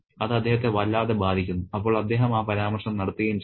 അത് അദ്ദേഹത്തെ വല്ലാതെ ബാധിക്കുന്നു അപ്പോൾ അദ്ദേഹം ആ പരാമർശം നടത്തുകയും ചെയ്യുന്നു